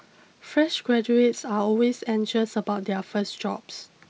fresh graduates are always anxious about their first jobs